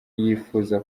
yifuza